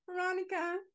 veronica